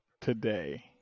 today